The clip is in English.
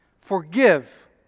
Forgive